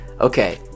Okay